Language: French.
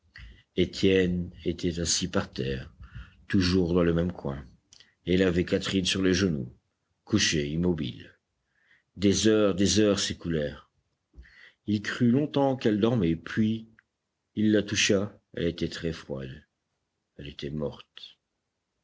étienne était assis par terre toujours dans le même coin et il avait catherine sur les genoux couchée immobile des heures des heures s'écoulèrent il crut longtemps qu'elle dormait puis il la toucha elle était très froide elle était morte